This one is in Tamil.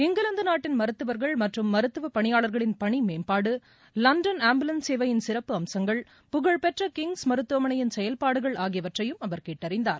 இங்கிலாந்து நாட்டின் மருத்துவர்கள் மற்றும் மருத்துவ பணியாளர்களின் பணி மேம்பாடு லண்டன் ஆம்புலன்ஸ் சேவையின் சிறப்பு அம்சங்கள் புகழ்பெற்ற கிங்ஸ் மருத்துவமனையின் செயல்பாடுகள் ஆகியவற்றையும் அவர் கேட்டறிந்தார்